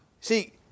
See